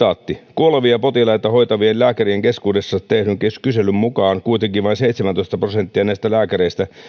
kuolevia potilaita hoitavien lääkärien keskuudessa tehdyn kyselyn mukaan kuitenkin vain seitsemäntoista prosenttia näistä lääkäreistä